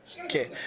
Okay